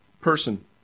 person